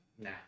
Nah